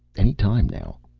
any time, now.